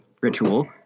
ritual